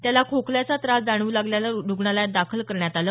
त्याला खोकल्याचा त्रास जाणवू लागल्यानं रुग्णालयात दाखल करण्यात आलं